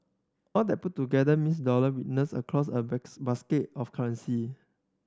all that put together means dollar weakness across a basket of currency